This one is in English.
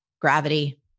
gravity